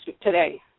today